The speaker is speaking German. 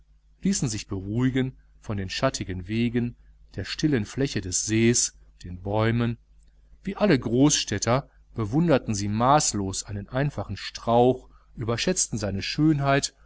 ließen sich beruhigen von den schattigen wegen der stillen fläche des sees den bäumen wie alle großstädter bewunderten sie maßlos einen einfachen strauch überschätzten seine schönheit